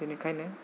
बिनिखायनो